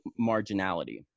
marginality